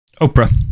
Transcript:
Oprah